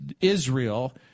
Israel